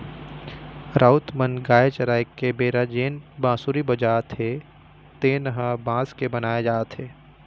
राउत मन गाय चराय के बेरा जेन बांसुरी बजाथे तेन ह बांस के बनाए जाथे